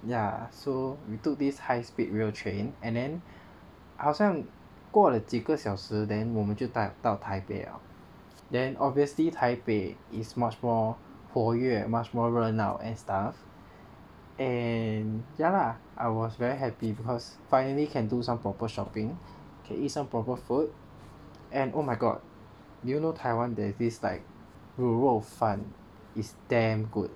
ya so we took this high speed rail train and then 好像过了几个小时 then 我们达到 taipei 了 then obviously taipei is much more 活跃 much more 热闹 and stuff and ya lah I was very happy because finally can do some proper shopping okay eat some proper food and oh my god do you know Taiwan there's this like 滷肉饭 is damn good